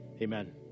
Amen